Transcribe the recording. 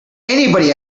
anybody